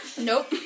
Nope